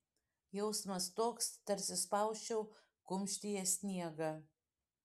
jausmas toks tarsi spausčiau kumštyje sniegą